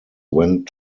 went